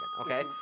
okay